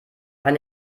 eine